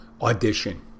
audition